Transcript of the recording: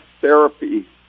therapy